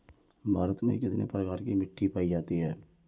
भारत में कितने प्रकार की मिट्टी पाई जाती हैं?